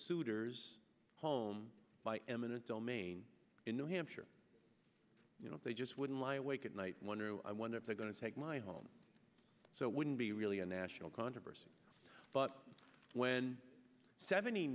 souter's home by eminent domain in new hampshire you know they just wouldn't lie awake at night wondering i wonder if they're going to take my home so wouldn't be really a national controversy but when seventy